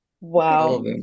Wow